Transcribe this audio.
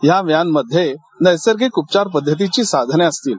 या व्हॅनमध्ये नैसर्गिक उपचार पद्धतीची साधने असतील